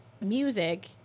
music